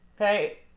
okay